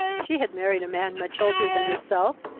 she had married a man much older than herself,